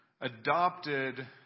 adopted